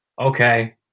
okay